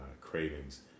cravings